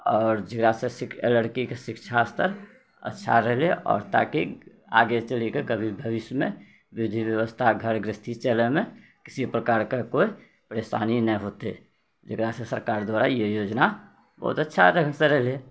आओर जकरासँ लड़कीके शिक्षा स्तर अच्छा रहलै आओर ताकि आगे चलिके कभी भविष्यमे विधि बेबस्था घर गृहस्थी चलैमे किसी प्रकारके कोइ परेशानी नहि होतै जकरासँ सरकार द्वारा ई योजना बहुत अच्छा ढङ्गसँ रहलै